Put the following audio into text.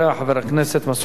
חבר הכנסת מסעוד גנאים.